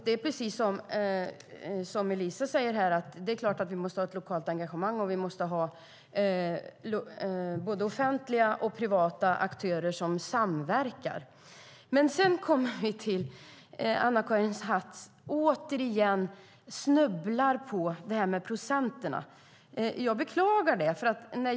Det är precis som Eliza säger: Det är klart att vi måste ha ett lokalt engagemang och att vi måste ha både offentliga och privata aktörer som samverkar. Sedan kommer vi dock till att Anna-Karin Hatt återigen snubblar på det här med procenten. Jag beklagar det.